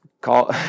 call